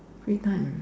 free time